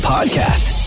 Podcast